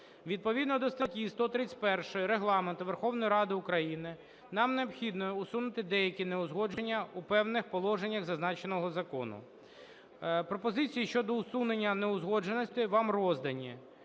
Відповідно до статті 131 Регламенту Верховної Ради України нам необхідно усунути деякі неузгодження у певних положеннях зазначеного закону. Пропозиції щодо усунення неузгодженостей вам роздані.